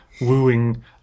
wooing